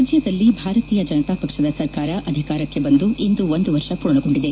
ರಾಜ್ಯದಲ್ಲಿ ಭಾರತೀಯ ಜನತಾ ಪಕ್ಷದ ಸರ್ಕಾರ ಅಧಿಕಾರಕ್ಕೆ ಬಂದು ಇಂದು ಒಂದು ವರ್ಷ ಪೂರ್ಣಗೊಂಡಿದೆ